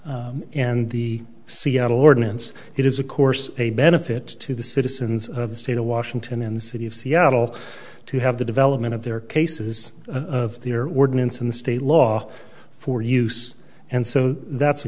law and the seattle ordinance it is of course a benefit to the citizens of the state of washington in the city of seattle to have the development of their cases of the ordinance in the state law for use and so that's a